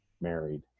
married